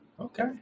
Okay